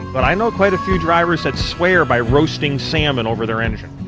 but i know quite a few drivers that swear by roasting salmon over their engine.